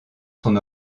son